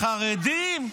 לחרדים?